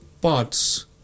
parts